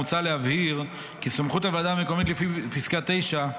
מוצע להבהיר כי סמכות הוועדה המקומית לפי פסקה (9)